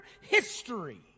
history